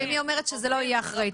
אם היא אומרת שזה לא היא אחראית,